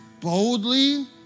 boldly